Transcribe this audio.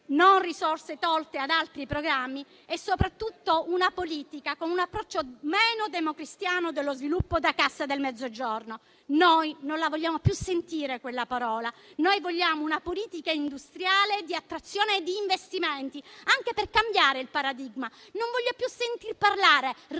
senza sottrarle ad altri programmi - e, soprattutto, di una politica con un approccio meno democristiano dello sviluppo da Cassa del Mezzogiorno. Non vogliamo più sentire quella parola. Vogliamo una politica industriale di attrazione di investimenti, anche per cambiare il paradigma. Non voglio più sentir dire "resto